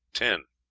ten.